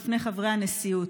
ובפני חברי הנשיאות.